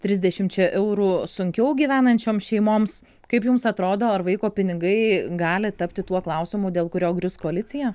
trisdešimčia eurų sunkiau gyvenančioms šeimoms kaip jums atrodo ar vaiko pinigai gali tapti tuo klausimu dėl kurio grius koalicija